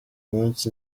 munsi